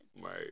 Right